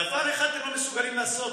דבר אחד אתם לא מסוגלים לעשות,